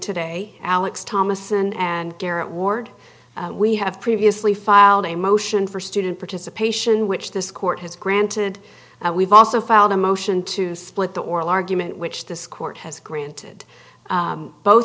today alex thomas and garrett ward we have previously filed a motion for student participation which this court has granted we've also filed a motion to split the oral argument which this court has granted both